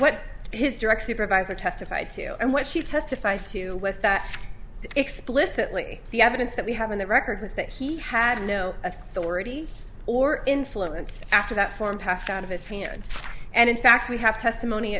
what his direct supervisor testified to and what she testified to was that explicitly the evidence that we have in the record was that he had no authority or influence after that form passed out of his hands and it's max we have testimony